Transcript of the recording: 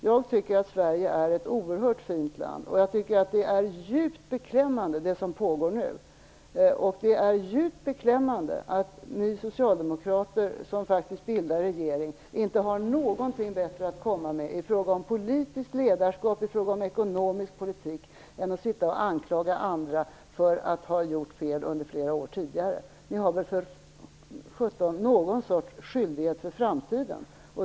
Jag tycker att Sverige är ett oerhört fint land, och jag tycker det är djupt beklämmande det som pågår nu. Det är djupt beklämmande att ni som socialdemokrater som bildar regering inte har något bättre att komma med i fråga om politiskt ledarskap och ekonomisk politik än att anklaga andra för att ha gjort fel under flera år tidigare. Ni har väl för sjutton någon skyldighet för framtiden!